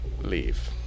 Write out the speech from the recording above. leave